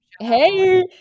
Hey